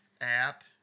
app